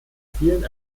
vielen